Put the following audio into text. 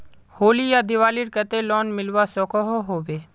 होली या दिवालीर केते लोन मिलवा सकोहो होबे?